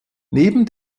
neben